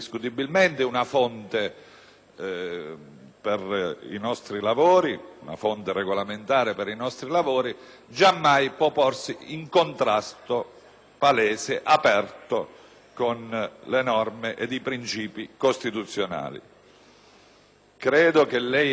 indiscutibilmente una fonte regolamentare per i nostri lavori, giammai può porsi in contrasto palese e aperto con le norme ed i principi costituzionali. Credo che lei abbia